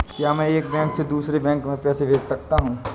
क्या मैं एक बैंक से दूसरे बैंक में पैसे भेज सकता हूँ?